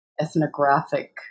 ethnographic